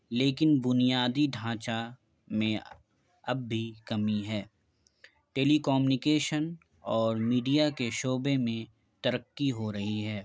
لیکن بنیادی ڈھانچہ میں اب بھی کمی ہے ٹیلییکامونیکیشن اور میڈیا کے شعبے میں ترقی ہو رہی ہے